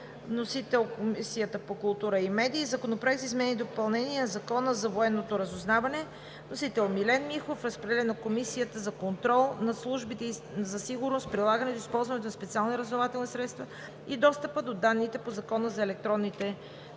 Вносител е Комисията по култура и медии. Законопроект за изменение и допълнение на Закона за военното разузнаване. Вносител е народният представител Милен Михов. Разпределен е на Комисията за контрол над службите за сигурност, прилагането и използването на специални разузнавателни средства и достъпа до данните по Закона за електронните съобщения,